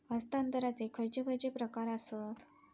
हस्तांतराचे खयचे खयचे प्रकार आसत?